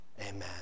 Amen